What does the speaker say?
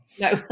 no